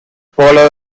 polo